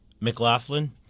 McLaughlin